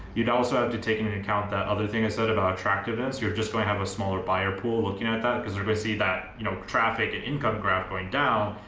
you'd also have to take into account that other thing i said about attractiveness. you're just going to have a smaller buyer pool looking at that cause they're gonna see that you know traffic and income graph going down.